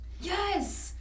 yes